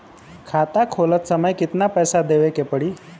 खाता खोलत समय कितना पैसा देवे के पड़ी?